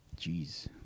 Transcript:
Jeez